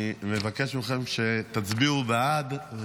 אני מבקש מכם שתצביעו בעד.